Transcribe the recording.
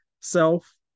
self